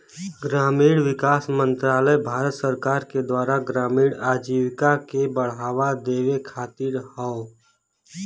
ग्रामीण विकास मंत्रालय भारत सरकार के द्वारा ग्रामीण आजीविका के बढ़ावा देवे खातिर हौ